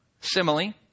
simile